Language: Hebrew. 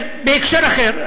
כן, בהקשר אחר.